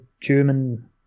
German